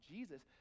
Jesus